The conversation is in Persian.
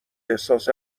احساس